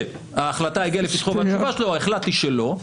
שההחלטה הגיעה לפתחו והתגובה שלו היא שהוא החליט שלא,